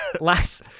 last